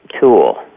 tool